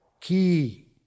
key